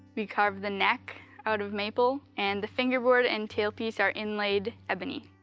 we carved the neck out of maple, and the fingerboard and tailpiece are inlaid ebony.